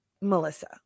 melissa